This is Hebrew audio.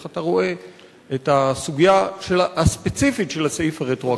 אתה רואה את הסוגיה הספציפית של הסעיף הרטרואקטיבי.